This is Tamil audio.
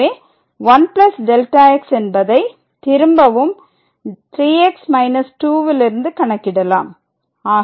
எனவே 1Δx என்பதை திரும்பவும் 3x 2 லிருந்து கணக்கிடலாம்